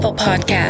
podcast